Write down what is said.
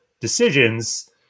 decisions